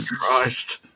Christ